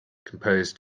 composed